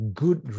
good